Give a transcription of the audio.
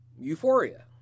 Euphoria